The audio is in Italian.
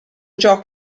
ciò